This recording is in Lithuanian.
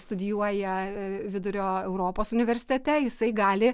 studijuoja vidurio europos universitete jisai gali